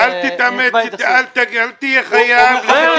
אתה לא חייב.